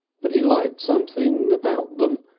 but he liked something about them.